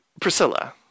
priscilla